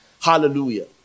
Hallelujah